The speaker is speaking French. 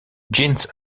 jeans